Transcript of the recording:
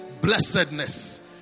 blessedness